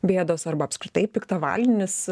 bėdos arba apskritai piktavalinis